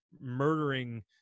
murdering